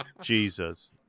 Jesus